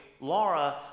Laura